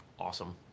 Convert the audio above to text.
Awesome